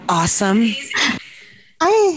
awesome